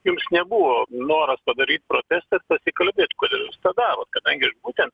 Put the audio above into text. jums nebuvo noras padaryt protestą ir pasikalbėt kodėl jūs tą darot kadangi būtent